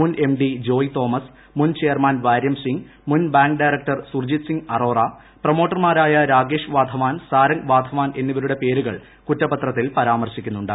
മുൻ M D Joy ്തോമസ് മുൻ chairman ് വാര്യംസിംഗ് ് മുൻബാങ്ക് ഡയറക്ടർ സുർജിത് സിംഗ് അറോറ പ്രമോട്ടർമാരായ രാകേഷ് വാധവാൻ സാരംഗ് വാധവാൻ എന്നിവരുടെ പേരുകൾ കുറ്റപത്രത്തിൽ പരാമർശിക്കുന്നുണ്ട്